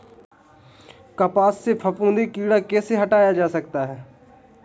कपास से फफूंदी कीड़ा कैसे हटाया जा सकता है?